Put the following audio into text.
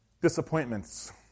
disappointments